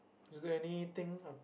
is there anything